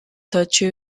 touched